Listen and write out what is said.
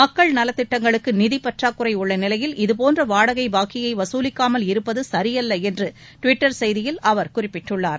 மக்கள் நலத்திட்டங்களுக்கு நிதி பற்றாக்குறை உள்ள நிலையில் இதுபோன்ற வாடகை பாக்கியை வசூலிக்காமல் இருப்பது சரியல்ல என்று ட்விட்டர் செய்தியில் அவர் குறிப்பிட்டுள்ளார்